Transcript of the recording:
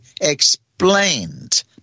explained